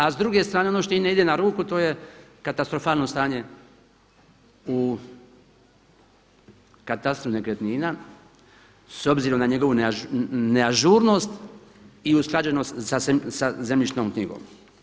A s druge strane ono što im ne ide na ruku to je katastrofalno stanje u katastru nekretnina s obzirom na njegovu neažurnost i usklađenost sa zemljišnom knjigom.